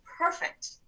perfect